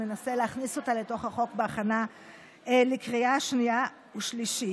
ננסה להכניס אותה לתוך החוק בהכנה לקריאה שנייה ושלישית.